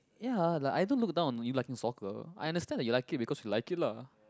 ya like I don't look down on you like in soccer I understand that you like it you because like it lah